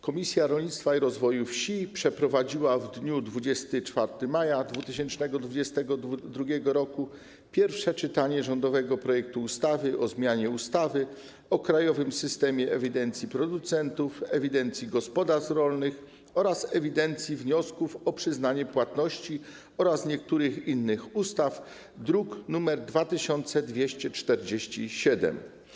Komisja Rolnictwa i Rozwoju Wsi przeprowadziła w dniu 24 maja 2022 r. pierwsze czytanie rządowego projektu ustawy o zmianie ustawy o krajowym systemie ewidencji producentów, ewidencji gospodarstw rolnych oraz ewidencji wniosków o przyznanie płatności oraz niektórych innych ustaw, druk nr 2247.